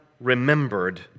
remembered